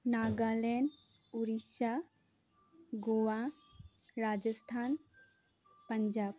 Nagaland Orissa Goa Rajasthan Punjab